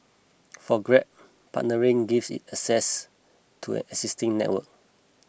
for grab partnering gives it access to an existing network